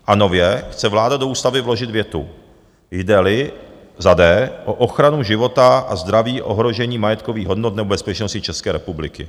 A nově chce vláda do ústavy vložit větu, jdeli d) o ochranu života a zdraví, ohrožení majetkových hodnot nebo bezpečnosti České republiky.